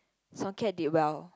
Song-Kiat did well